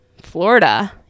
Florida